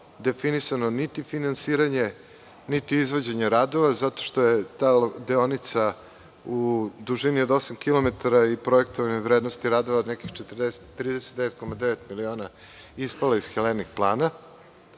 definisano niti finansiranje, niti izvođenje radova, zato što je ta deonica u dužini od osam kilometara i projektovanim vrednostima radova od nekih 39,9 miliona ispala iz „Helenik plana“.